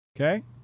Okay